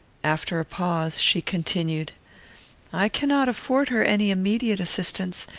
after a pause, she continued i cannot afford her any immediate assistance,